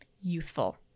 youthful